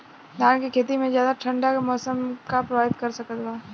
धान के खेती में ज्यादा ठंडा के मौसम का प्रभावित कर सकता बा?